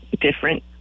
different